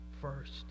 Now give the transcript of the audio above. first